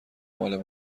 مال